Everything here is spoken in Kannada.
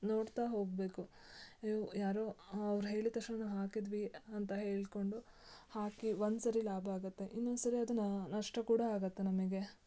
ನೋಡ್ತಾ ಹೋಗಬೇಕು ಅಯ್ಯೋ ಯಾರೋ ಅವ್ರು ಹೇಳಿದ ತಕ್ಷಣ ನಾವು ಹಾಕಿದ್ವಿ ಅಂತ ಹೇಳಿಕೊಂಡು ಹಾಕಿ ಒಂದು ಸರಿ ಲಾಭ ಆಗುತ್ತೆ ಇನ್ನೊಂದು ಸರಿ ಅದು ನಷ್ಟ ಕೂಡ ಆಗುತ್ತೆ ನಮಗೆ